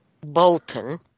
Bolton